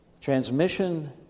Transmission